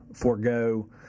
forego